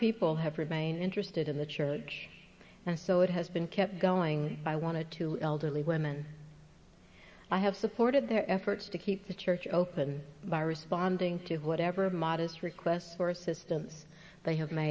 people have remained interested in the church and so it has been kept going i want to two elderly women i have supported their efforts to keep the church open by responding to whatever modest requests for assistance they have my